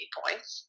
points